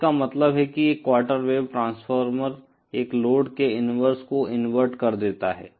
तो इसका मतलब है कि एक क्वार्टर वेव ट्रांसफार्मर एक लोड के इनवर्स को इन्वर्ट कर देता है